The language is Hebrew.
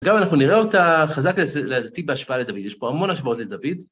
אגב, אנחנו נראה אותה חזקה לדעתי בהשוואה לדוד, יש פה המון השוואות לדוד.